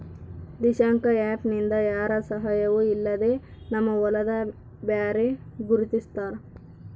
Dishank app ನಿಂದ ಯಾರ ಸಹಾಯವೂ ಇಲ್ಲದೆ ನಮ್ಮ ಹೊಲದ ಮ್ಯಾರೆ ಗುರುತಿಸ್ತಾರ